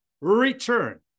return